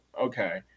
okay